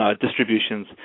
Distributions